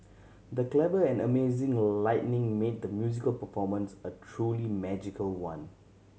the clever and amazing a lighting made the musical performance a truly magical one